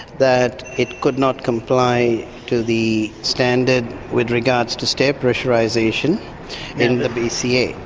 that it could not comply to the standard with regards to stair pressurisation in the bca.